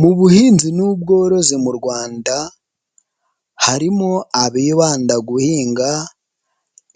Mu buhinzi n'ubworozi mu Rwanda harimo abibanda guhinga